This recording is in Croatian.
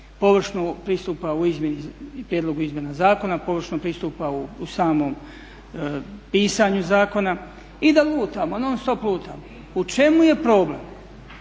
Površno pristupa u prijedlogu izmjene zakona, površno pristupa u samom pisanju zakona i da lutamo, non-stop lutamo. U čemu je problem